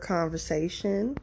Conversation